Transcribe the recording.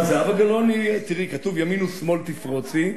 מה, זהבה גלאון היא, כתוב: ימין ושמאל תפרוצי,